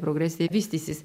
progresija vystysis